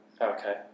Okay